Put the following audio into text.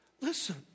Listen